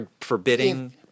Forbidding